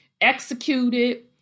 executed